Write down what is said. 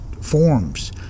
forms